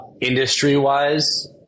Industry-wise